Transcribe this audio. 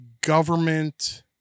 government